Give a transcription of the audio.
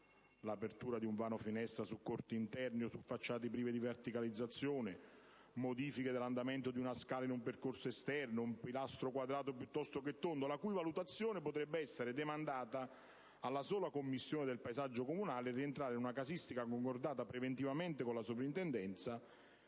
(l'apertura di un vano finestra su corti interne o su facciate prive di verticalizzazione; la modifica dell'andamento di una scala in un percorso esterno; un pilastro quadrato piuttosto che tondo), la cui valutazione potrebbe essere demandata alla sola Commissione del paesaggio comunale e rientrare in una casistica concordata preventivamente con la soprintendenza,